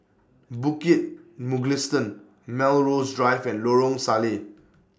Bukit Mugliston Melrose Drive and Lorong Salleh